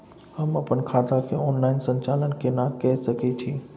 हम अपन खाता के ऑनलाइन संचालन केना के सकै छी?